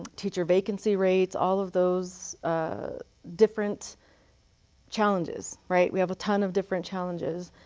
teacher vacancy rates, all of those ah different challenges, right? we have a ton of different challenges.